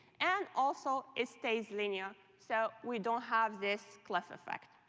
and also, it stays linear. so we don't have this cliff effect.